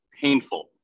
painful